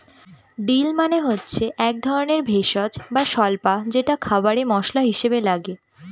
deal মানে হচ্ছে এক ধরনের ভেষজ বা স্বল্পা যেটা খাবারে মশলা হিসাবে লাগে